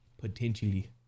Potentially